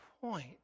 point